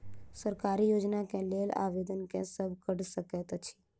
सरकारी योजना केँ लेल आवेदन केँ सब कऽ सकैत अछि?